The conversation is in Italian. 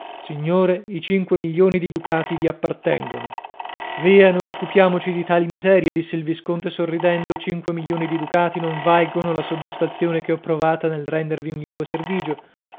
signore i cinque milioni di ducati vi appartengono via non occupiamoci di tali miserie disse il visconte sorridendo cinque milioni di ducati non valgono la soddisfazione che ho provata nel rendervi un lieve servigio